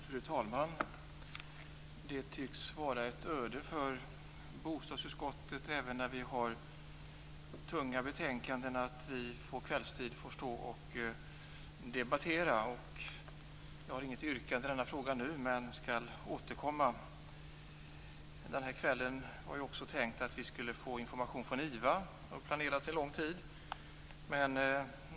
Fru talman! Det tycks vara bostadsutskottets öde att dess ledamöter även när det gäller tunga betänkanden får debattera på kvällstid. Jag har inget yrkande i frågan just nu men ämnar återkomma på den punkten. Det var tänkt att vi den här kvällen också skulle få information från IVA, något som var planerat sedan lång tid tillbaka.